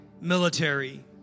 military